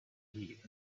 heat